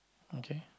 okay